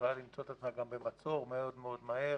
שיכולה למצוא את עצמה גם במצור מהר מאוד,